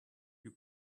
you